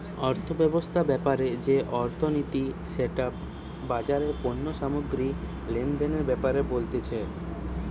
অর্থব্যবস্থা ব্যাপারে যে অর্থনীতি সেটা বাজারে পণ্য সামগ্রী লেনদেনের ব্যাপারে বলতিছে